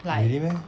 really meh